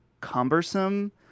cumbersome